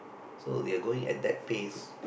so they are going at that pace